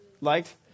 liked